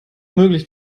möglich